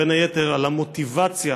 בין היתר על המוטיבציה,